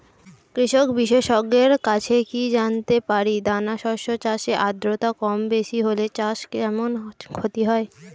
কৃষক বিশেষজ্ঞের কাছে কি জানতে পারি দানা শস্য চাষে আদ্রতা কমবেশি হলে চাষে কেমন ক্ষতি হয়?